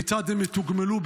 כיצד הם יתוגמלו?